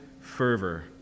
fervor